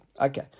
Okay